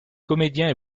comédiens